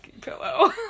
pillow